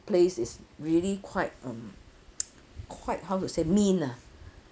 place is really quite um quite how to say mean ah